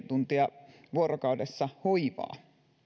tuntia vuorokaudessa hoivaa